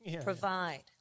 Provide